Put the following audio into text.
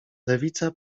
lewica